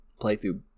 playthrough